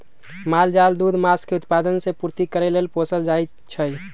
माल जाल दूध, मास के उत्पादन से पूर्ति करे लेल पोसल जाइ छइ